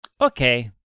okay